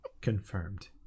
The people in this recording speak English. Confirmed